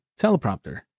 teleprompter